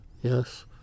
Yes